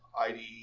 IDE